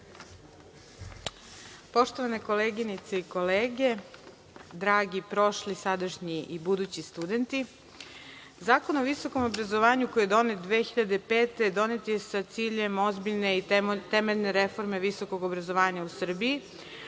Poštovane koleginice i kolege, dragi prošli, sadašnji i budući studenti, Zakon o visokom obrazovanju koji je donet 2005. godine donet je sa ciljem ozbiljne i temeljne reforme visokog obrazovanja u Srbiji,